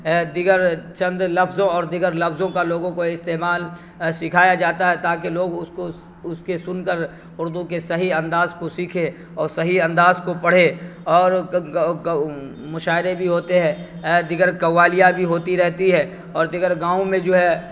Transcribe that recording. دگر چند لفظوں اور دیگر لفظوں کا لوگوں کو استعمال سکھایا جاتا ہے تاکہ لوگ اس کو اس کے سن کر اردو کے صحیح انداز کو سیکھے اور صحیح انداز کو پڑھے اور مشاعرے بھی ہوتے ہیں دیگر قوالیاں بھی ہوتی رہتی ہے اور دگر گاؤں میں جو ہے